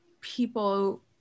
people